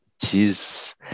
Jesus